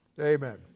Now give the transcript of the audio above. Amen